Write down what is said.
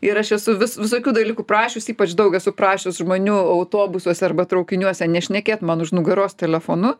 ir aš esu vis visokių dalykų prašius ypač daug esu prašius žmonių autobusuose arba traukiniuose nešnekėt man už nugaros telefonu